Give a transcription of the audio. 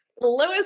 Lewis